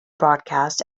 broadcast